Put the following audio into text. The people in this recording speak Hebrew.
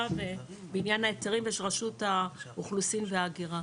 בעניין ההיתרים ברשות האוכלוסין וההגירה?